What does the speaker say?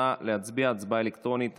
נא להצביע הצבעה אלקטרונית.